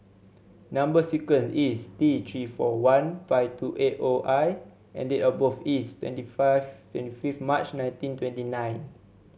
number sequence is T Three four one five two eight O I and date of birth is twenty five twenty fifth March nineteen twenty nine